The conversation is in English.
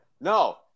No